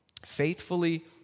faithfully